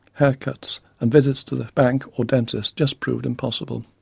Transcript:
haircuts and visits to the bank or dentist just proved impossible.